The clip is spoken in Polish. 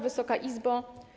Wysoka Izbo!